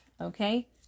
okay